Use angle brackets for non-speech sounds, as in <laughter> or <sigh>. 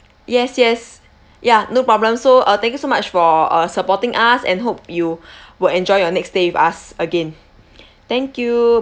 yes yes ya no problem so uh thank you so much for uh supporting us and hope you <breath> will enjoy your next stay with us again thank you